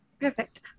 Perfect